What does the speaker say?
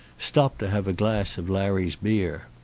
stopped to have a glass of larry's beer.